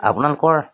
আপোনালোকৰ